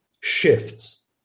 shifts